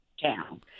town